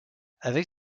avec